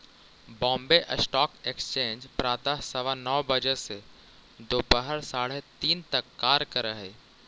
Bombay stock exchange प्रातः सवा नौ बजे से दोपहर साढ़े तीन तक कार्य करऽ हइ